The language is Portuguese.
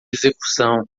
execução